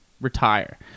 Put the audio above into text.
retire